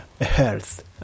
health